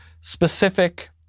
specific